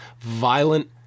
violent